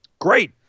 Great